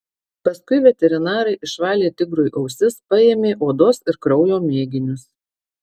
paskui veterinarai išvalė tigrui ausis paėmė odos ir kraujo mėginius